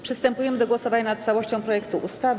Przystępujemy do głosowania nad całością projektu ustawy.